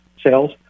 sales